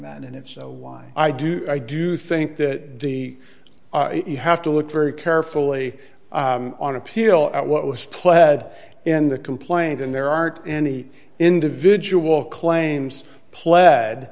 that and if so why i do i do think that the you have to look very carefully on appeal at what was pled in the complaint and there aren't any individual claims pl